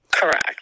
Correct